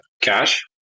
cash